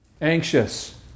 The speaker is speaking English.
Anxious